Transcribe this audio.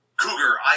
Cougar